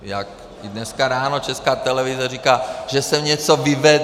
Jak i dneska ráno Česká televize říká, že jsem něco vyvedl.